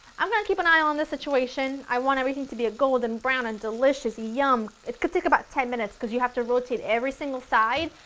i'm going to keep an eye on this situation, i want everything to be a golden brown and delicious yum, it could take about ten minutes because you have to rotate every single side,